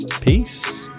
peace